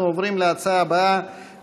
אנחנו עוברים להצעה הבאה,